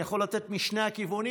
אני יכול לתת משני הכיוונים.